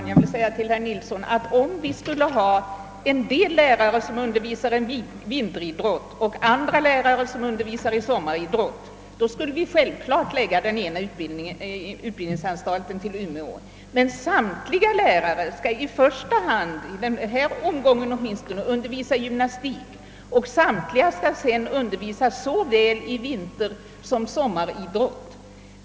Herr talman! Om vissa lärare vid gymnastikhögskolan skulle undervisa i vinteridrott och andra i sommaridrott skulle vi självfallet, herr Nilsson i Agnäs, förlägga den ena utbildningsanstalten till Umeå. Men samtliga lärare skall i första hand — åtminstone i denna omgång — undervisa i gymnastik, och samtliga skall sedan undervisa i såväl vinteridrott som sommaridrott.